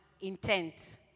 Intent